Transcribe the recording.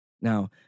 Now